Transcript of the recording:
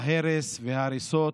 ההרס וההריסות,